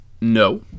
No